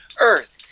Earth